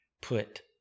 put